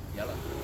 ya lah